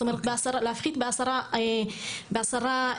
כלומר להפחית לפחות ב-10%.